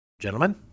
Gentlemen